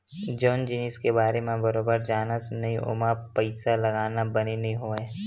जउन जिनिस के बारे म बरोबर जानस नइ ओमा पइसा लगाना बने नइ होवय